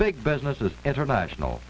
big business is international